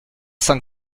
cent